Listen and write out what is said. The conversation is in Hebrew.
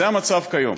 זה המצב כיום.